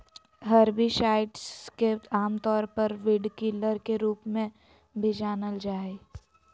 herbicides के आमतौर पर वीडकिलर के रूप में भी जानल जा हइ